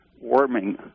warming